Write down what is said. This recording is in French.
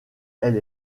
elle